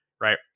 right